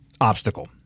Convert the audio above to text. obstacle